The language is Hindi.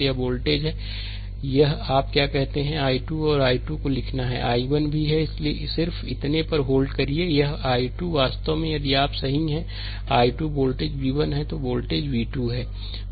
तो यह वोल्टेज यह है कि आप क्या कहते हैं कि i 2 और i 2 को लिखना है और i 1 भी है इसलिए यह सिर्फ इतने पर होल्ड करिए यह i 2 वास्तव में यदि आप सही है i 2 यह वोल्टेज v 1 है तो यह वोल्टेज v 2 है